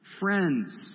Friends